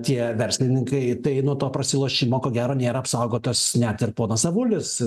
tie verslininkai tai nuo to prasilošimo ko gero nėra apsaugotas net ir ponas avulis